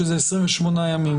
שזה 28 ימים,